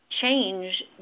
change